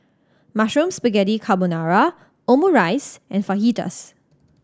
Mushroom Spaghetti Carbonara Omurice and Fajitas